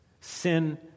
Sin